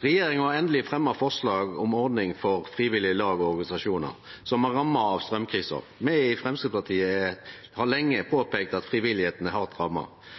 Regjeringa har endeleg fremja forslag om ordning for frivillige lag og organisasjonar som er ramma av straumkrisa. Me i Framstegspartiet har lenge påpeikt at frivilligheita er